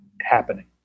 happening